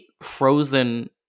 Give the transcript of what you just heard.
frozen